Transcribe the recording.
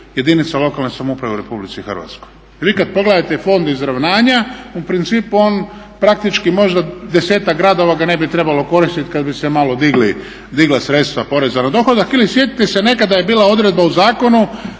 jedinica lokalne samouprave u Republici Hrvatskoj. Jer vi kada pogledate fond izravnanja, u principu on praktički možda 10-ak gradova ga ne bi trebalo koristiti kada bi se malo digla sredstva poreza na dohodak. Ili sjetite se nekada je bila odredba u zakonu